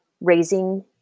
raising